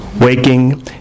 Waking